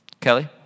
Kelly